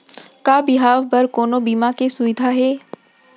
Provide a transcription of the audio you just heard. का बिहाव बर कोनो बीमा के सुविधा हे?